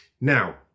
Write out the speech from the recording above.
Now